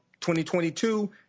2022